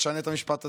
תשנה את המשפט הזה,